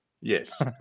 Yes